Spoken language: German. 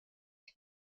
die